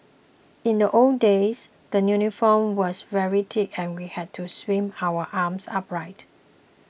in the old days the uniform was very thick and we had to swing our arms upright